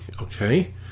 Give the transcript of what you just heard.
okay